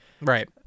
Right